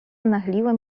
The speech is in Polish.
nachyliłem